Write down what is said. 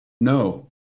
No